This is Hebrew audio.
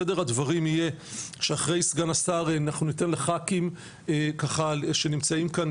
סדר הדברים יהיה שאחרי סגן השר אנחנו ניתן לח"כים ככה שנמצאים כאן